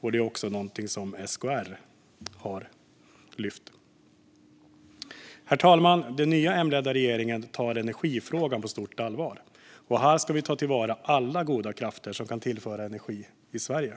Det är också någonting som SKR har lyft fram. Herr talman! Den nya M-ledda regeringen tar energifrågan på stort allvar. Här ska vi ta till vara alla goda krafter som kan tillföra energi i Sverige.